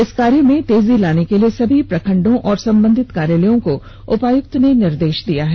इस कार्य में तेजी लाने के लिए सभी प्रखंडों एवं संबंधित कार्यालयों को उपायुक्त ने निर्देश दिया है